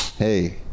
Hey